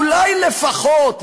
אולי לפחות,